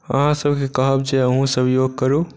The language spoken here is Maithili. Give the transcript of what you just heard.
अहाँसभकेँ कहब जे अहूँसभ योग करू